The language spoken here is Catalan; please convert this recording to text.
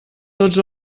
tots